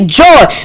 joy